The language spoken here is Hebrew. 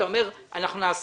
אתה אומר שאתם תעשו,